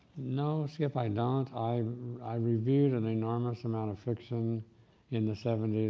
no, skip, i don't. i i reviewed an enormous amount of fiction in the seventy s